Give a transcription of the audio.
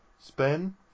spin